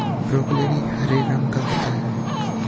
broccoli हरे रंग का होता है